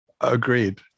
Agreed